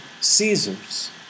Caesar's